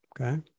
Okay